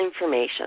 information